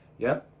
yep,